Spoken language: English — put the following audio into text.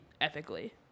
ethically